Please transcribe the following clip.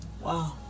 Wow